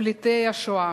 פליטי השואה.